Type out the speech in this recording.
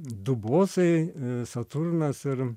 du bosai saturnas ir